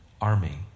army